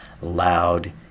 loud